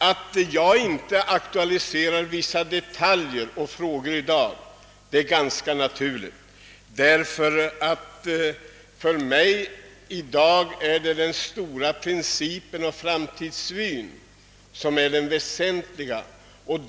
Ait jag inte aktualiserat vissa detaljer och frågor i dag är ganska naturligt, ty för mig i dag är det den stora principen och framtidsvyn som är det väsentliga.